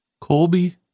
Colby